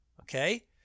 Okay